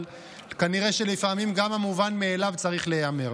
אבל כנראה שלפעמים גם המובן מאליו צריך להיאמר.